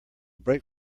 brake